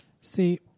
See